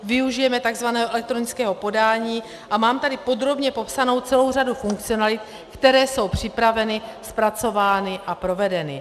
Využijeme tzv. elektronického podání a mám tady podrobně popsanou celou řadu funkcionalit, které jsou připraveny, zpracovány a provedeny.